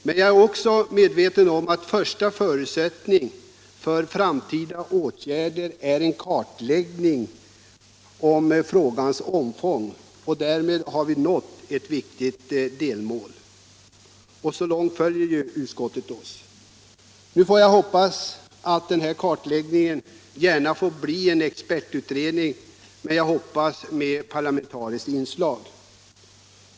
Men jag är också medveten om att den första förutsättningen för framtida åtgärder är en kartläggning av frågans omfång, och därmed har vi nått ett viktigt delmål. Så långt följer utskottet vårt resonemang. Denna kartläggning får gärna bli en expertutredning, dock som jag hoppas med parlamentariskt inslag.